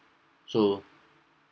so